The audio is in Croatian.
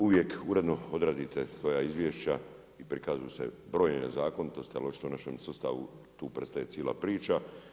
Uvijek uredno odradite svoja izvješća i prikazuju se brojne nezakonitosti, ali očito našem sustavu tu prestaje cijela priča.